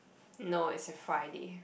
no it's a Friday